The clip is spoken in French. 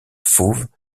fauve